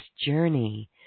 journey